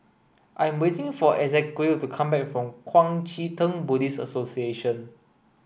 I'm waiting for Ezequiel to come back from Kuang Chee Tng Buddhist Association